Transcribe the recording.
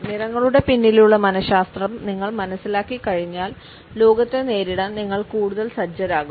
നിറങ്ങളുടെ പിന്നിലുള്ള മനശാസ്ത്രം നിങ്ങൾ മനസ്സിലാക്കി കഴിഞ്ഞാൽ ലോകത്തെ നേരിടാൻ നിങ്ങൾ കൂടുതൽ സജ്ജരാകും